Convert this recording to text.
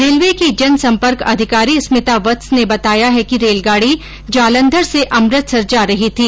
railway की जनसंपर्क अधिकारी स्मिता वत्स ने बताया है कि रेलगाड़ी जालंधर से अमृतसर जा रही थी